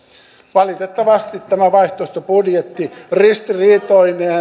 valitettavasti tämä vaihtoehtobudjetti ristiriitoineen